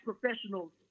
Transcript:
professionals